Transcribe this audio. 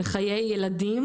בחיי ילדים,